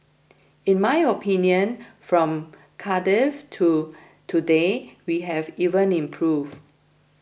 in my opinion from Cardiff to today we have even improved